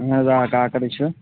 اَہَن حظ آ کاغذ ہے چھِ